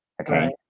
Okay